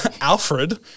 Alfred